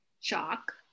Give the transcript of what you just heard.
shock